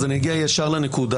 אז אני אגיע ישר לנקודה.